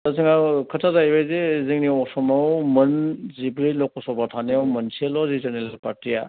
दा जोंहा खोथाया जाहैबाय जे जोंनि असमाव मोनजिब्रै लक' सभा थानायाव मोनसेल' रिजोनेल पार्टिया